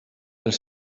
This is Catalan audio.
els